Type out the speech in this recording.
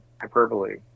hyperbole